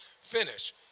Finish